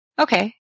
Okay